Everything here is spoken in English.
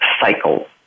cycle